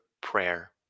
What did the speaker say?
prayer